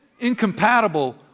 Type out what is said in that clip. incompatible